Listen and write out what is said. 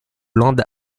land